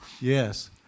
Yes